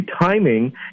timing